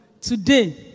today